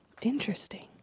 Interesting